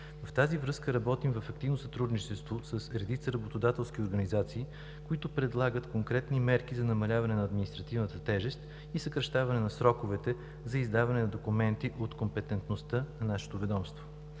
В тази връзка работим в активно сътрудничество с редица работодателски организации, които предлагат конкретни мерки за намаляване на административната тежест и съкращаване на сроковете за издаване на документи от компетентността на нашето ведомство.